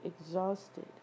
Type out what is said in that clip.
exhausted